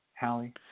Hallie